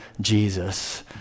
Jesus